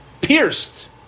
pierced